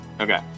Okay